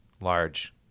large